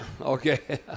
Okay